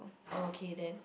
okay then